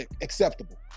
acceptable